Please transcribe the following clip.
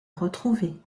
retrouver